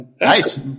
Nice